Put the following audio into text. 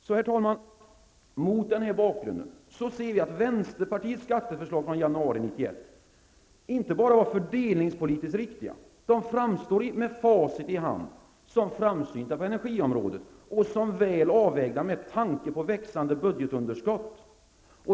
Så, herr talman, mot denna bakgrund ser vi att vänsterpartiets skatteförslag från januari 1991 inte bara var fördelningspolitiskt riktiga. De framstår med facit i hand som framsynta på energiområdet och som väl avvägda med tanke på växande budgetunderskott.